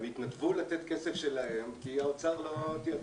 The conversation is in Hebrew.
הם התנדבו לתת כסף שלהם כי האוצר לא טיפל.